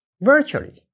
Virtually